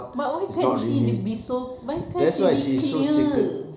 but why can't she the be so why can't she be clear